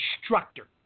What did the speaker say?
instructor